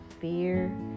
fear